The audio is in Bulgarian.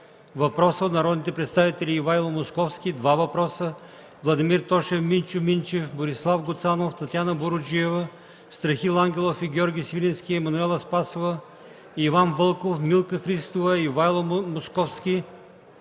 въпроса от народните представители Ивайло Московски - 2 въпроса,